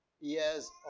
years